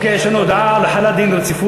אוקיי, יש לנו הודעה על החלת דין רציפות.